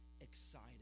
excited